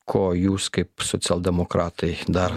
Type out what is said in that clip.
ko jūs kaip socialdemokratai dar